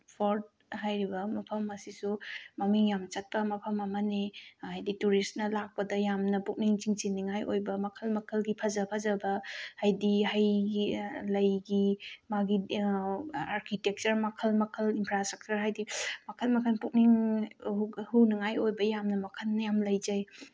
fort ꯍꯥꯏꯔꯤꯕ ꯃꯐꯝ ꯑꯁꯤꯁꯨ ꯃꯃꯤꯡ ꯌꯥꯝ ꯆꯠꯄ ꯃꯐꯝ ꯑꯃꯅꯤ ꯍꯥꯏꯗꯤ ꯇꯨꯔꯤꯁꯅ ꯂꯥꯛꯄꯗ ꯌꯥꯝꯅ ꯄꯨꯛꯅꯤꯡ ꯆꯤꯡꯁꯤꯟꯅꯤꯉꯥꯏ ꯑꯣꯏꯕ ꯃꯈꯜ ꯃꯈꯜꯒꯤ ꯐꯖ ꯐꯖꯕ ꯍꯥꯏꯗꯤ ꯍꯩꯒꯤ ꯂꯩꯒꯤ ꯃꯥꯒꯤ ꯑꯥꯔꯀꯤꯇꯦꯛꯆꯔ ꯃꯈꯜ ꯃꯈꯜ ꯏꯟꯐ꯭ꯔꯥꯏꯁꯇ꯭ꯔꯛꯆꯔ ꯍꯥꯏꯗꯤ ꯃꯈꯜ ꯃꯈꯜ ꯄꯨꯛꯅꯤꯡ ꯍꯨꯅꯉꯥꯏ ꯑꯣꯏꯕ ꯌꯥꯝꯅ ꯃꯈꯟ ꯌꯥꯝꯅ ꯂꯩꯖꯩ